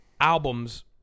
albums